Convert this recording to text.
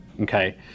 Okay